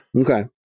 Okay